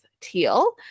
teal